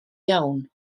iawn